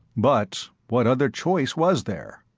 but what other choice was there?